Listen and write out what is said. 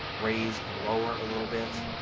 raise and lower a little bit.